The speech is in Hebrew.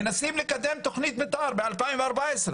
מנסים לקדם תכנית מתאר ב-2014.